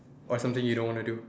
or something you don't want to do